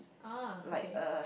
ah K